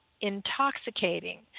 intoxicating